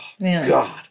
God